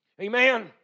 Amen